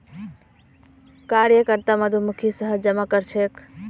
कार्यकर्ता मधुमक्खी शहद जमा करछेक